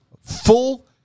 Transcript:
full